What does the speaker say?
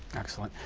excellent.